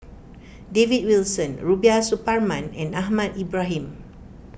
David Wilson Rubiah Suparman and Ahmad Ibrahim